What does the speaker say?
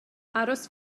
aros